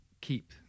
keep